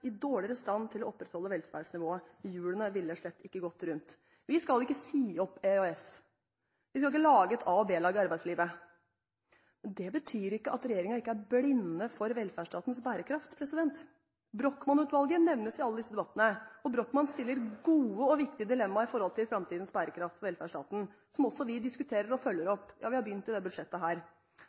i dårligere stand til å opprettholde velferdsnivået. Hjulene ville rett og slett ikke gått rundt. Vi skal ikke si opp EØS-avtalen. Vi skal ikke lage et A-lag og et B-lag i arbeidslivet. Men det betyr ikke at regjeringen er blinde for velferdsstatens bærekraft. Brochmann-utvalget nevnes i alle disse debattene. Brochmann-utvalget stiller opp gode og viktige dilemmaer når det gjelder framtidens bærekraft for velferdsstaten, som også vi diskuterer og følger opp – ja, vi har begynt i dette budsjettet.